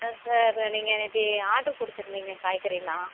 ஆ sir நீங்கள் நேற்று order கொடுத்துருந்தீங்க காய்கறில்லாம்